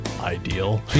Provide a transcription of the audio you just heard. ideal